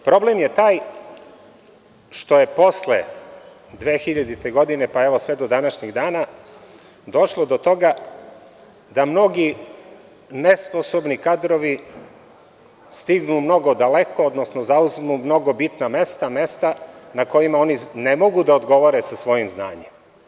Problem je taj što je posle 2000. godine pa, evo, sve do današnjeg dana došlo do toga da mnogi nesposobni kadrovi stignu mnogo daleko, odnosno zauzmu mnogo bitna mesta, mesta na kojima oni ne mogu da odgovore sa svojim znanjem.